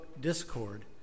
discord